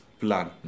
plan